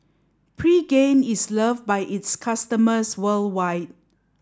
pregain is loved by its customers worldwide